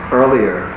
earlier